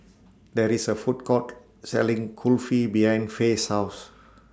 There IS A Food Court Selling Kulfi behind Fae's House